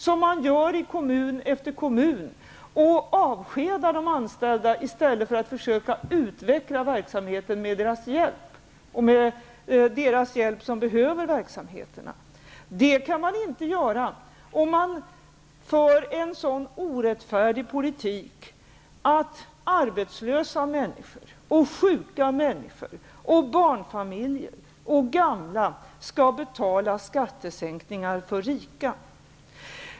Det gör man i kommun efter kommun och avskedar de anställda i stället för att försöka utveckla verksamheten med hjälp av dem och med hjälp av dem som behöver verksamheten. Det kan man inte göra om man för en så orättfärdig politik att arbetslösa människor, sjuka människor, barnfamiljer och gamla skall betala skattesänkningar för rika.